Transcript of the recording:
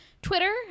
twitter